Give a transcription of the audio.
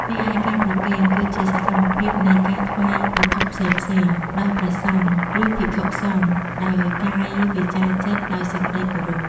រីឯ ការប្រគេន គឺជាសកម្មភាពនៃការថ្វាយវត្ថុផ្សេងៗដល់ព្រះសង្ឃ ឬភិក្ខុសង្ឃ ដោយកាយវាចាចិត្តដោយសេចក្តីគោរព។